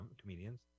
comedians